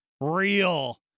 Real